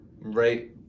right